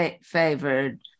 favored